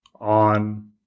on